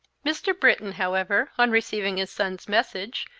mr. britton, however, on receiving his son's message,